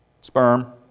sperm